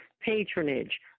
patronage